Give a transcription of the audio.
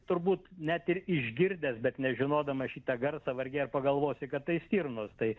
turbūt net ir išgirdęs bet nežinodamas šitą garsą varge ar pagalvosi kad tai stirnos tai